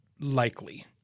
likely